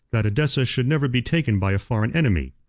that edessa should never be taken by a foreign enemy.